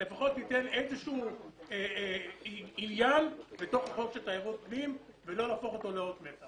זה לפחות ייתן עניין בתוך חוק תיירות פנים ולא יהפוך אותו לאות מתה.